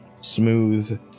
smooth